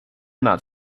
not